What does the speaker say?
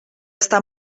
estar